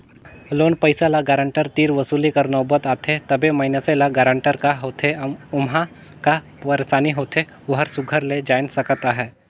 loan पइसा ल guarantor तीर वसूले कर नउबत आथे तबे मइनसे ल गारंटर का होथे ओम्हां का पइरसानी होथे ओही सुग्घर ले जाएन सकत अहे